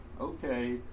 okay